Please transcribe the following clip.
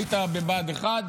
היית בבה"ד 1,